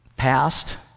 past